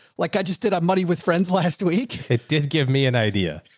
like i just did a muddy with friends last week. it did give me an idea